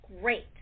great